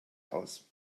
aus